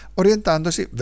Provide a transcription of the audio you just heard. orientandosi